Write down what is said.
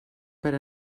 per